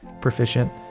proficient